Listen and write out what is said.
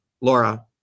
Laura